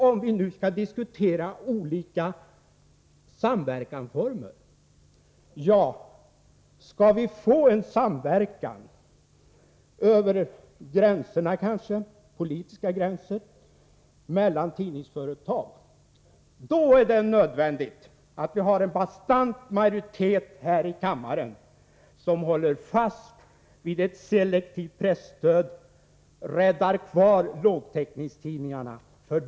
Om vi nu skall diskutera olika former för samverkan, menar jag att skall vi få en samverkan, kanske över de politiska gränserna, mellan tidningsföretag, då är det nödvändigt att vi har en bastant majoritet här i kammaren som håller fast vid ett selektivt presstöd och räddar kvar lågtäckningstidningarna.